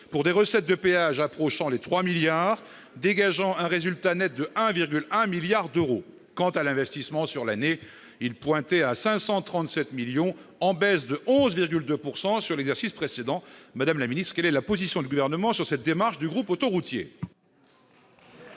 pour des recettes de péage approchant les 3 milliards d'euros, dégageant un résultat net de 1,1 milliard d'euros. Quant à l'investissement sur l'année, il pointait à 537 millions d'euros, en baisse de 11,2 % par rapport à l'exercice précédent. Mme la ministre, quelle est la position du Gouvernement sur cette démarche du groupe autoroutier ?